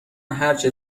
هرچه